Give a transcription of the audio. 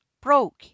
broke